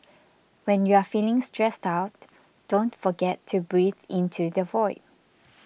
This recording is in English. when you are feeling stressed out don't forget to breathe into the void